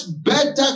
better